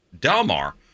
Delmar